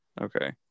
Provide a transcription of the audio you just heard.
Okay